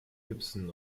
gibson